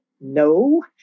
no